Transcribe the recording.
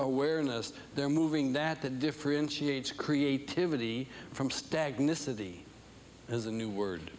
awareness they're moving that that differentiates creativity from stagnant city as a new word